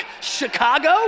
Chicago